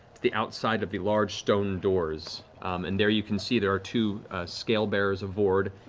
the outside of the large stone doors. and there you can see there are two scalebearers of vord,